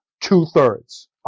two-thirds